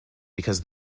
because